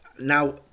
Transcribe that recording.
Now